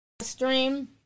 stream